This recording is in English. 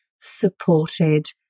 supported